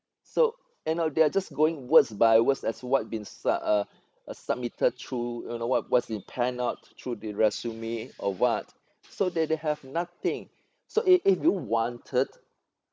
so you know they're just going words by words as what been sub~ uh submitted through you know what what's been pan out through the resume or what so they they have nothing so if if you wanted